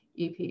EP